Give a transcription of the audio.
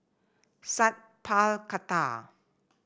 Sat Pal Khattar